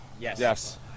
Yes